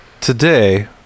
Today